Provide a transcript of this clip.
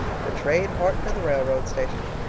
betrayed heart to the railroad station.